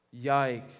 Yikes